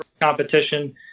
competition